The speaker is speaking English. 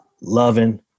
loving